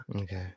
Okay